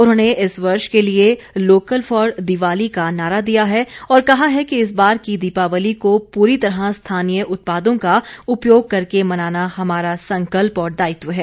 उन्होंने इस वर्ष के लिए लोकल फॉर दिवाली का नारा दिया है और कहा है कि इस बार की दीपावली को पूरी तरह स्थानीय उत्पादों का उपयोग करके मनाना हमारा संकल्प और दायित्व है